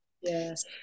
yes